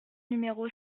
numéro